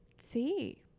see